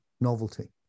novelty